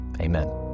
Amen